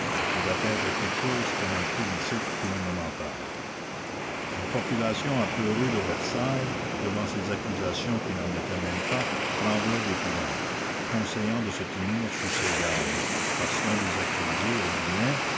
devaient être quelque chose comme un plébiscite gouvernemental la commune la population apeurée de versailles devant ces accusations qui n'en étaient même pas tremblait d'épouvante conseillant de se tenir sur ses gardes parce qu'un des accusés ridnet